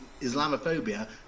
Islamophobia